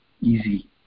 easy